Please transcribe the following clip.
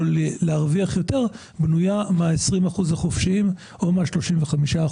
להרוויח בנויה מה-20% החופשיים או מה-35%.